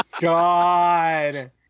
God